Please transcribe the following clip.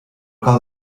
cal